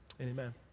Amen